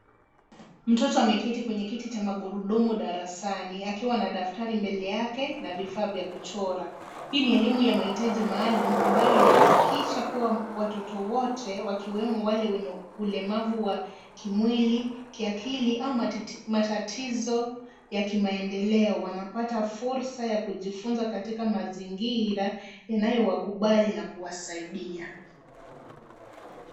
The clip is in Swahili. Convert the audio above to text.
Mtoto ameketi kwenye kiti cha magurudumu darasani, akiwa na daftari mbele yake na vifaa vya kuchora. Hii ni elimu ya mahitaji maalum, ambayo inahakikisha kuwa watoto wote, wakiwemo wale wenye ulemavu wa kimwili, kiakili, au matatizo ya kimaendeleo, wanapata fursa ya kujifunza katika mazingira yanayowakubali na kuwasaidia.